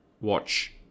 watch